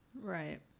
Right